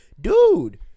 dude